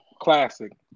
classic